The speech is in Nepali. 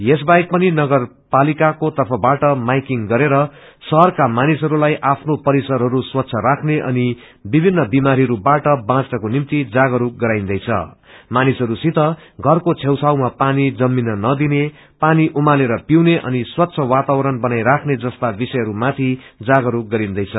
यस बाहेक पनि नगर पालिकाको तफ़बाट माईकिङ गरेर शहरका मानिसहस्लाई आफ्नो परिसरहरू स्वच्छ राख्ने अनि जागस्क विमारीहस्बाट बाँच्नको निम्ति षरको छेउ छाउमा पानी जमिन नदिने पानी उमालेर पिउने अनि स्वच्छ वातावरण बनाई राख्ने जस्ता विषयहरू माथि जागस्क गरिन्दैछ